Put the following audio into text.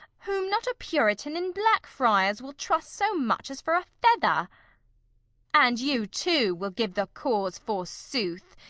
whom not a puritan in blackfriars will trust so much as for a feather and you, too, will give the cause, forsooth!